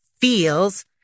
feels